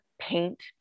paint